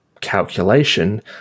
calculation